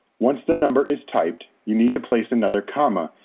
once the number is typed, you need to place another comma,